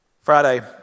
Friday